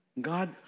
God